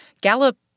Gallup